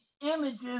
images